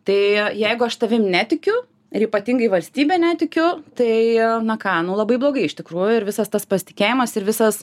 tai jeigu aš tavim netikiu ir ypatingai valstybe netikiu tai na ką nu labai blogai iš tikrųjų ir visas tas pasitikėjimas ir visas